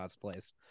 place